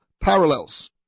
parallels